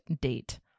date